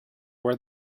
where